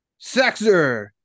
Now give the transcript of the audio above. Saxer